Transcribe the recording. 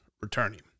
returning